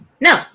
No